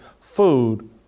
food